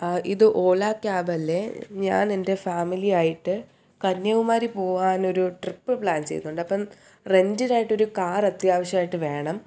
ഇത് ഓല ക്യാബല്ലേ ഞാനെൻ്റെ ഫാമിലിയായിട്ട് കന്യാകുമാരി പോവാനൊരു ട്രിപ്പ് പ്ലാൻ ചെയ്യുന്നുണ്ട് അപ്പം റെൻറ്റിനായിട്ടൊരു കാറത്യാവശ്യമായിട്ട് വേണം